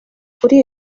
kuri